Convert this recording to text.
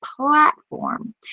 platform